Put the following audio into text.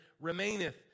remaineth